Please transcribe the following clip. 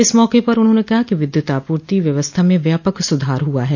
इस मौके पर उन्होंने कहा कि विद्युत आपूर्ति व्यवस्था मे व्यापक सुधार हुआ है